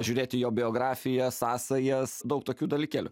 žiūrėt į jo biografiją sąsajas daug tokių dalykėlių